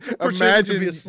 imagine